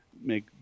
make